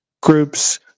groups